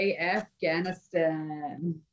Afghanistan